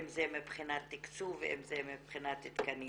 אם זה מבחינת תקצוב ואם זה מבחינת תקנים.